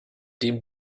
den